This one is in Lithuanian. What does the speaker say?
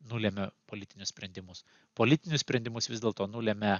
nulemia politinius sprendimus politinius sprendimus vis dėlto nulemia